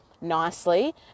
nicely